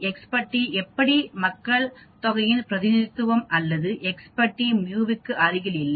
X பட்டி என்பது மக்கள்தொகையின் பிரதிநிதித்துவம் அல்லது எக்ஸ் பட்டி μ க்கு அருகில் இல்லை